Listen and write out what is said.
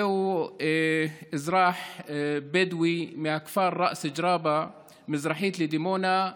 זהו אזרח בדואי מהכפר ראס ג'רבה, מזרחית לדימונה,